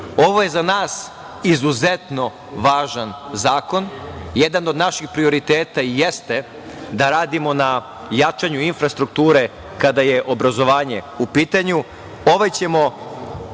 Ovo je za nas izuzetno važan zakona. Jedan od naših prioriteta jeste da radimo na jačanju infrastrukture, kada je obrazovanje u pitanju.